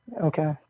Okay